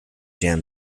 jam